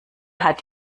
hat